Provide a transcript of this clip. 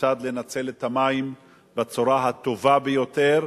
כיצד לנצל את המים בצורה הטובה ביותר.